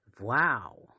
wow